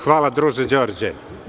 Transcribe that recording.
Hvala, druže Đorđe.